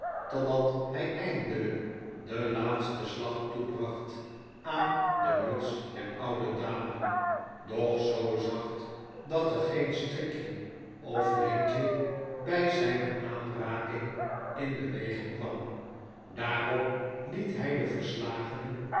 totdat hfleindelgk den laatsten slag toebracht aan de muts der oude dame doch zoo zacht dat er geen strikje of lintje bfl zijne aanraking in beweging kwam daarop liet hfl de verslagene